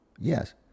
Yes